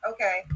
Okay